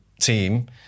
team